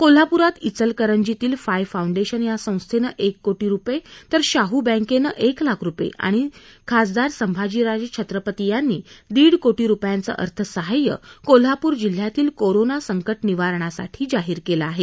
कोल्हापुरात िजलकरंजीतील FIE Foundation या संस्थेनं एक कोटी रुपये तर शाह बँकेनं एक लाख रुपये आणि खासदार संभाजीराजे छत्रपती यांनी दीड कोटी रुपयांचं अर्थसाह्य कोल्हापूर जिल्ह्यातील कोरोना संकट निवारणासाठी जाहीर केलं आहे